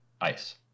ice